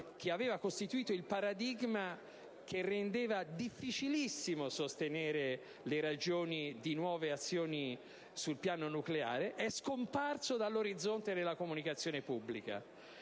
che aveva costituito il paradigma che rendeva difficilissimo sostenere le ragioni di nuove azioni sul piano nucleare, è scomparsa dall'orizzonte della comunicazione pubblica,